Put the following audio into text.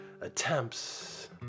attempts